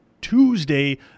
Tuesday